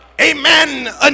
amen